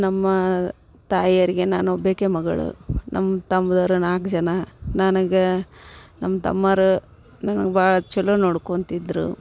ನಮ್ಮ ತಾಯಿಯೋರ್ಗೆ ನಾನು ಒಬ್ಬಾಕೆ ಮಗಳು ನಮ್ಮ ತಮ್ದಿರು ನಾಲ್ಕು ಜನ ನನಗೆ ನಮ್ಮ ತಮ್ಮಾವ್ರು ನನಗೆ ಭಾಳ ಚೊಲೋ ನೋಡ್ಕೊಳ್ತಿದ್ರು